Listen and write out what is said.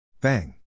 Bang